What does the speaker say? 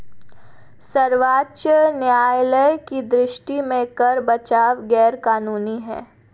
सर्वोच्च न्यायालय की दृष्टि में कर बचाव गैर कानूनी है